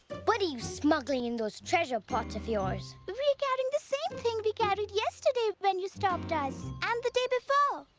but you you smuggling in those treasure pots of yours? we're carrying the same thing we carried yesterday when you stopped us. and the day before!